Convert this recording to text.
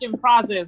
process